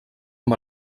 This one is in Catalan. amb